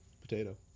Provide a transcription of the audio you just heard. potato